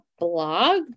blog